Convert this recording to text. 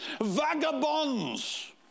Vagabonds